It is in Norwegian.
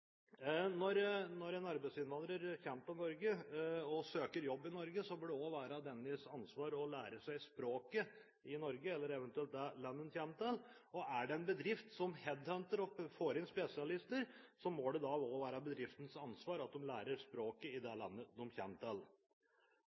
Når en arbeidsinnvandrer kommer til Norge, og søker jobb i Norge, bør det være dennes ansvar å lære seg språket i Norge, eller eventuelt i det landet vedkommende kommer til. Er det en bedrift som headhunter og får inn spesialister, må det også være bedriftens ansvar at disse lærer språket i det